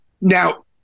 now